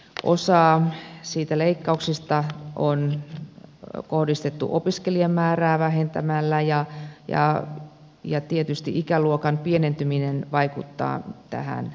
osa niistä leikkauksista on kohdistettu opiskelijamäärää vähentämällä ja tietysti ikäluokan pienentyminen vaikuttaa tähän asiaan